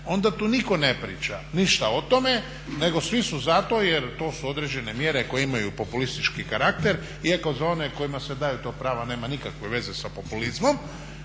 onda tu niko ne priča ništa o tome, nego svi su za to jer to su određene mjere koje imaju populistički karakter iako za one kojima se daje to pravo nema nikakve veze sa populizmom.